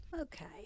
okay